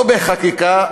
לא בחקיקה,